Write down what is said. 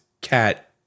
cat